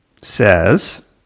says